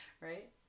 Right